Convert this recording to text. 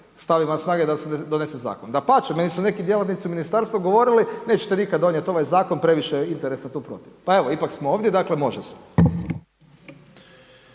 stavi van snage da se donese zakon? Dapače, meni su neki djelatnici ministarstva govorili nećete nikad donijeti ovaj zakon, previše je interesa tu protiv. Pa evo, ipak smo ovdje, dakle, može se.